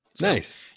Nice